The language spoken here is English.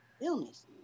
illness